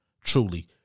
truly